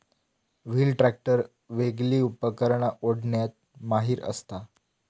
wheel tractor वेगली उपकरणा ओढण्यात माहिर असता